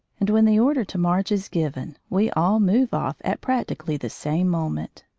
and when the order to march is given we all move off at practically the same moment.